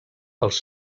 pels